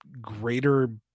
greater